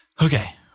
okay